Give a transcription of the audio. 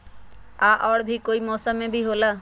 या और भी कोई मौसम मे भी होला?